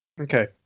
Okay